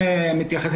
איפה אפשר להשיג את